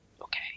Okay